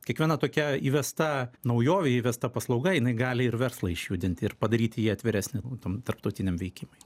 kiekviena tokia įvesta naujovė įvesta paslauga jinai gali ir verslą išjudinti ir padaryti jį atviresnį tam tarptautiniam veikimui